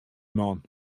man